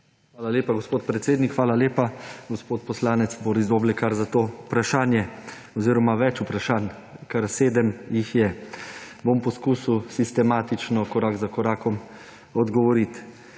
Hvala lepa, gospod predsednik. Hvala lepa, gospod poslanec Boris Doblekar za to vprašanje oziroma več vprašanj, kar sedem jih je. Poskusil bom sistematično, korak za korakom odgovoriti.